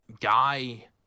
Guy